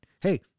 hey